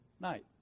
night